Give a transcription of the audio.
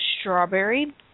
strawberry